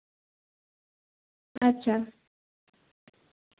ᱟᱪᱪᱷᱟ